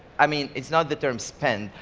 i mean it's not the term spend,